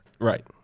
right